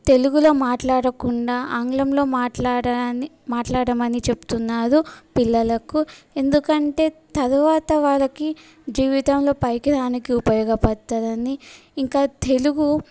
తెలుగులో మాట్లాడకుండా ఆంగ్లంలో మాట్లాడడాన్నీ మాట్లాడమని చెప్తున్నారు పిల్లలకు ఎందుకంటే తరువాత వాళ్ళకి జీవితంలో పైకి రానికి ఉపయోగపతదని ఇంకా తెలుగు